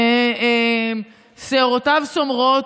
שערותיו סומרות,